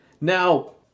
Now